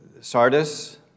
Sardis